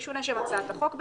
שיעלה כחוק.